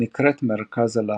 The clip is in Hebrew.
הנקראת מרכז הלחץ.